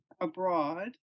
abroad